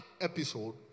episode